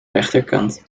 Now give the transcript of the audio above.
rechterkant